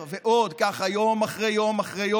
ברשותך,